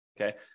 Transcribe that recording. Okay